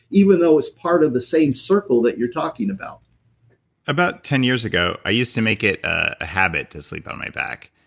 even though it's part of the same circle that you're talking about about ten years ago i used to make it a habit to sleep on my back,